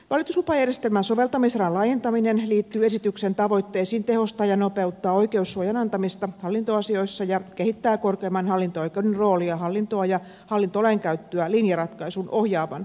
valituslupajärjestelmän soveltamisalan laajentaminen liittyy esityksen tavoitteisiin tehostaa ja nopeuttaa oikeussuojan antamista hallintoasioissa ja kehittää korkeimman hallinto oikeuden roolia hallintoa ja hallintolainkäyttöä linjaratkaisuin ohjaavan tuomioistuimen suuntaan